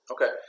Okay